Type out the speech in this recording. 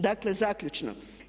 Dakle zaključno.